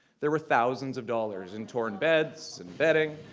there were thousands of dollars in torn beds and bedding.